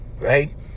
Right